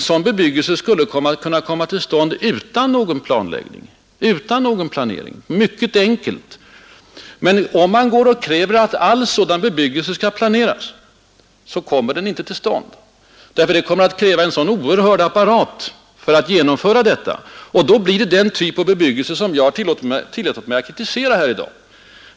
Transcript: Sådan bebyggelse skulle mycket enkelt kunna komma till stånd utan någon planläggning. Men om man kräver att all sådan bebyggelse skall detaljplaneras kommer den inte till stånd. Bl. a. därför att det kommer att krävas en oerhörd apparat för att genomföra detta; skall även glesbebyggelsen regleras och detaljplaneras, då blir det den typ på bebyggelse som jag tillåtit mig att kritisera här i dag.